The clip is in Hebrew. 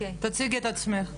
תציגי את עצמך.